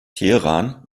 teheran